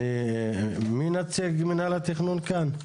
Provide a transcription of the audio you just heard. מי נציג מינהל התכנון כאן?